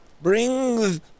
Bring